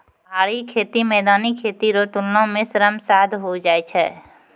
पहाड़ी खेती मैदानी खेती रो तुलना मे श्रम साध होय जाय छै